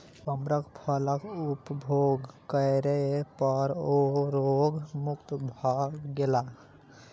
कमरख फलक उपभोग करै पर ओ रोग मुक्त भ गेला